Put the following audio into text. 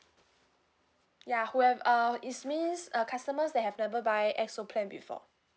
ya whoev~ uh is means uh customers they have never buy X O plan before